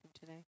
today